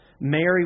Mary